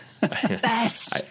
Best